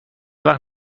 وقت